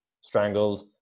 strangled